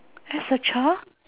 as a child